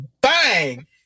bang